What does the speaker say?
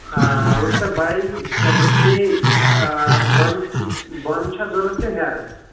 آ وُچھ سا بایی ژےٚ گٔژھنے بۄنہٕ بۄنہٕ چھےٚ ضوٚرتھ کِنہٕ ہیٚرٕ